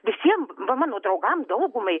visiem mano draugam daugumai